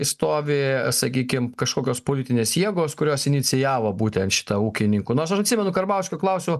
stovi sakykim kažkokios politinės jėgos kurios inicijavo būtent šitą ūkininkų nors aš atsimenu karbauskio klausiau